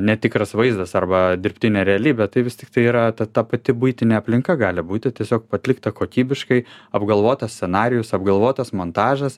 netikras vaizdas arba dirbtinė realybė tai vis tiktai yra ta ta pati buitinė aplinka gali būti tiesiog atlikta kokybiškai apgalvotas scenarijus apgalvotas montažas